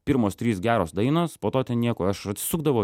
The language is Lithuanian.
pirmos trys geros dainos po to nieko aš atsisukdavau